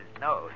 no